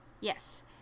Yes